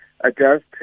adjust